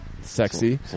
sexy